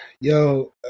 Yo